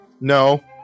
No